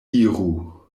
iru